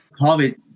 COVID